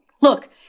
Look